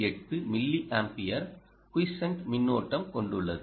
58 milliampere quiescent மின்னோட்டம் கொண்டுள்ளது